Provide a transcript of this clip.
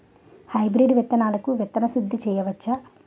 Hybrid విత్తనాలకు విత్తన శుద్ది చేయవచ్చ?